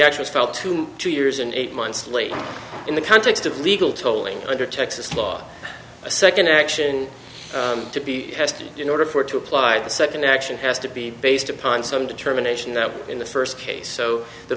actual fell to two years and eight months later in the context of legal tolling under texas law a second action to be has to be in order for it to apply the second action has to be based upon some determination that in the first case so the